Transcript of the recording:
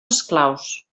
esclaus